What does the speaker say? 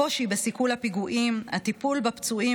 הקושי בסיכול הפיגועים והטיפול בפצועים